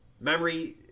memory